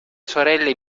sorelle